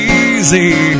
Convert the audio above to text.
easy